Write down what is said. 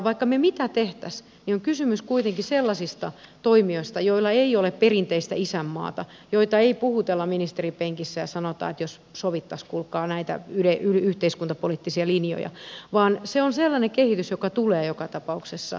vaikka mitä tekisimme on kysymys kuitenkin sellaisista toimijoista joilla ei ole perinteistä isänmaata ja joita ei puhutella ministerin penkissä ja sanota että jos sovittaisiin kuulkaa näitä yhteiskuntapoliittisia linjoja vaan se on sellainen kehitys joka tulee joka tapauksessa